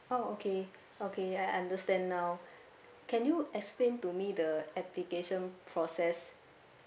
oh okay okay I understand now can you explain to me the application process